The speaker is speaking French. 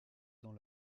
dans